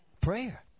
prayer